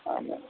ಹಾಂ ಮ್ಯಾಮ್